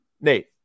nate